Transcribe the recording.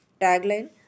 Tagline